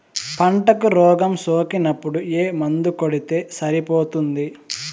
పంటకు రోగం సోకినపుడు ఏ మందు కొడితే సరిపోతుంది?